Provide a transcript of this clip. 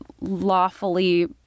lawfully